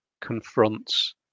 confronts